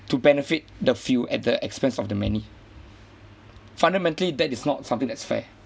to benefit the field at the expense of the many fundamentally that is not something that's fair